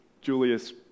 Julius